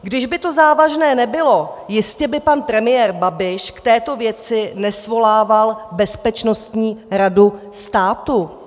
Kdyby to závažné nebylo, jistě by pan premiér Babiš k této věci nesvolával Bezpečnostní radu státu.